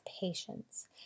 patience